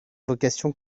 vocation